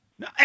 No